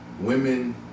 Women